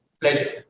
pleasure